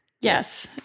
Yes